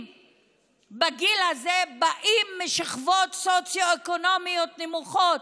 בגיל הזה באים משכבות סוציו-אקונומיות נמוכות,